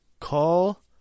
Call